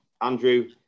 Andrew